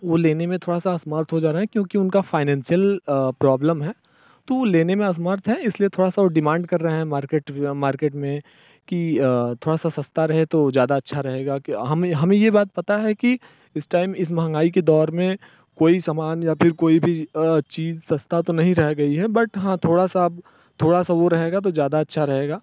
वह लेने में थोड़ा सा असमर्थ हो जा रहें क्योंकि उनका फाइनेंसियल प्रोबलम है तो वह लेने में असमर्थ हैं इसलिए वह थोड़ा सा वह डिमांड कर रहें मार्केट मार्केट में कि थोड़ा सा सस्ता रहे तो ज़्यादा अच्छा रहेगा कि हमें हमें यह बात पता है कि इस टाइम इस महँगाई के दौर में कोई समान या फिर कोई भी चीज़ सस्ता तो नहीं रह गई है बट हाँ थोड़ा सा अब थोड़ा सा वह रहेगा तो ज़्यादा अच्छा रहेगा